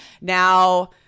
Now